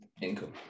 Income